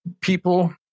people